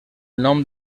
nom